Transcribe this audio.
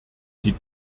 die